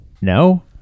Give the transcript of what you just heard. No